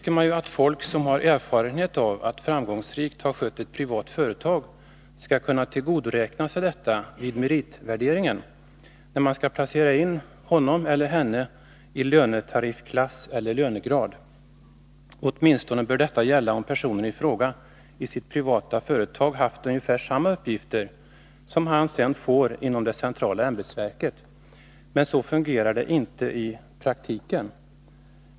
En människa som har erfarenhet av att framgångsrikt ha skött ett privat företag borde få tillgodoräkna sig detta vid meritvärderingen när han eller hon skall placeras in i lönetariffklass eller lönegrad. Åtminstone bör det gälla om personen i fråga i sitt privata företag har haft ungefär samma uppgifter som han sedan får inom det centrala ämbetsverket. Men så fungerar det inte i praktiken.